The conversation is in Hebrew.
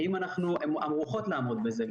האם הן ערוכות לעמוד בזה,